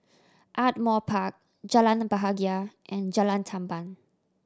Ardmore Park Jalan Bahagia and Jalan Tamban